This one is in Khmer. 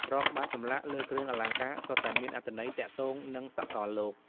រាល់ក្បាច់ចម្លាក់លើគ្រឿងអលង្ការសុទ្ធតែមានអត្ថន័យទាក់ទងនឹងសកលលោក។